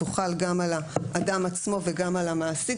הוא חל גם על האדם עצמו וגם על המעסיק,